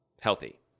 healthy